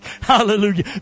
Hallelujah